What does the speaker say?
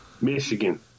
Michigan